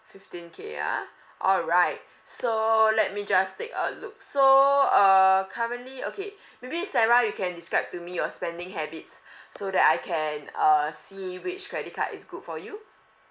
fifteen K ah alright so let me just take a look so uh currently okay maybe sarah you can describe to me your spending habits so that I can uh see which credit card is good for you